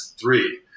three